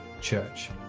Church